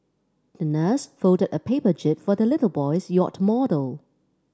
the nurse folded a paper jib for the little boy's yacht model